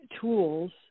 tools